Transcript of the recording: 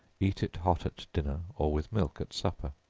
eat it hot at dinner, or with milk at supper.